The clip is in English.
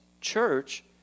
church